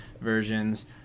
versions